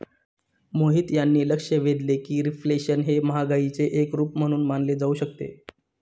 मोहित यांनी लक्ष वेधले की रिफ्लेशन हे महागाईचे एक रूप म्हणून मानले जाऊ शकते